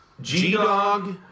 G-Dog